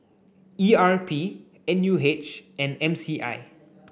E R P N U H and M C I